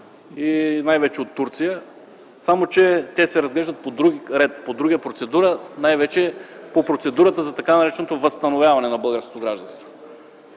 най-вече от Турция, само че те се разглеждат по друг ред, по друга процедура, най-вече по процедурата за така нареченото възстановяване на българското гражданство.